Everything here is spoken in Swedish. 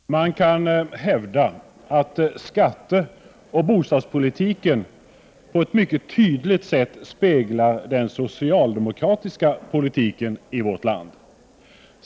Herr talman! Man kan hävda att skatteoch bostadspolitiken på ett mycket tydligt sätt speglar den socialdemokratiska politiken i vårt land.